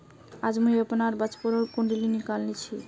आज मुई अपनार बचपनोर कुण्डली निकली छी